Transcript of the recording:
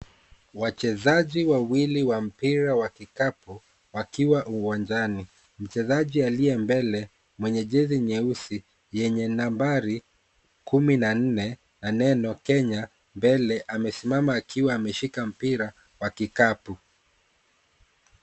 Wachezaji wawili wa mpira wa kikapu wakiwa uwanjani. Mchezaji aliye mbele mwenye jezi nyeusi yenye nambari kumi na nne na neno Kenya mbele amesimama akiwa ameshika mpira wa kikapu.